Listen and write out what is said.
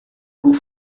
coup